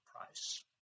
price